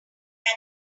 that